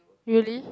really